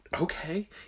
Okay